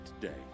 today